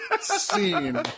Scene